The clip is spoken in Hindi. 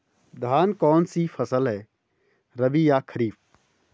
धान कौन सी फसल है रबी या खरीफ?